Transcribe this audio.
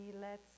lets